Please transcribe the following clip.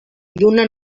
lluna